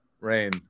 rain